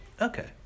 Okay